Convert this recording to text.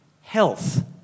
Health